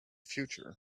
future